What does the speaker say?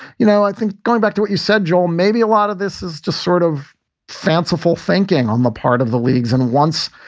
you know, i think going back to what you said, joel, maybe a lot of this is to sort of fanciful thinking on the part of the leagues. and once,